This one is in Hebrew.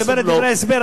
אני מדבר על דברי ההסבר,